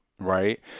Right